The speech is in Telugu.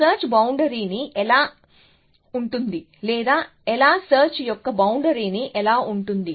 సెర్చ్ బౌండరీ ని ఎలా ఉంటుంది లేదా సెర్చ్ యొక్క బౌండరీ ని ఎలా ఉంటుంది